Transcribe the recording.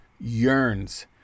yearns